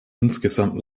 insgesamt